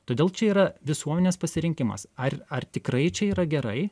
todėl čia yra visuomenės pasirinkimas ar ar tikrai čia yra gerai